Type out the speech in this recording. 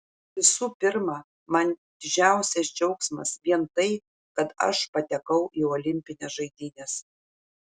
visų pirma man didžiausias džiaugsmas vien tai kad aš patekau į olimpines žaidynes